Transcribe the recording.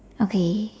okay